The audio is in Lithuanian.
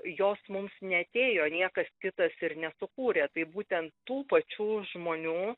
jos mums neatėjo niekas kitas ir nesukūrė tai būtent tų pačių žmonių